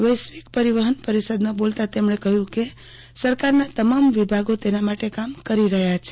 વૈશ્વિક પરિવહન પરિષદમાં બોલતાં તેમણે કહ્યું કે સરકારના તમામ વિભાગો તેના માટે કામ કરી રહ્યા છે